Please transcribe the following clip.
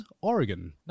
Oregon